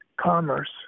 commerce